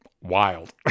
Wild